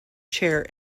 chair